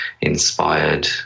inspired